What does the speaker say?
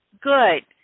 Good